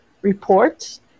Reports